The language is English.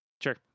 Sure